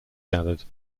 gathered